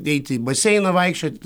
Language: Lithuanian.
eiti į baseiną vaikščiot